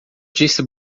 disse